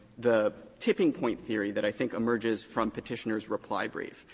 the tipping point theory that i think emerges from petitioner's reply brief,